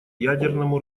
ядерному